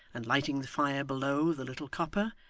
and lighting the fire below the little copper,